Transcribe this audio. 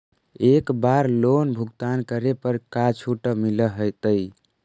एक बार लोन भुगतान करे पर का छुट मिल तइ?